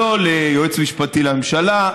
לא ליועץ המשפטי לממשלה,